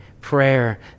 prayer